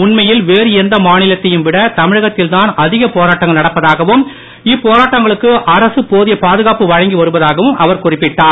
உண்மையில் வேறு எந்த மாநிலத்தையும் விட தமிழகத்தில் தான் அதிக போராட்டங்கள் நடப்பதாகவும் இப்போராட்டங்களுக்கு அரசு போதிய பாதுகாப்பு வழங்கி வருவதாகவும் அவர் குறிப்பிட்டார்